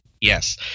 Yes